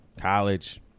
College